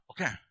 Okay